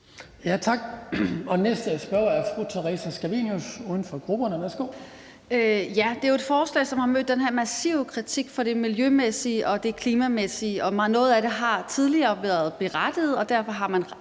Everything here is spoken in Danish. Tak. Næste spørger er fru Theresa Scavenius, uden for grupperne. Værsgo. Kl. 18:22 Theresa Scavenius (UFG): Det er jo et forslag, som har mødt den her massive kritik for det miljømæssige og klimamæssige. Noget af det har tidligere været berettet, og derfor har man